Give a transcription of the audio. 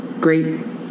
great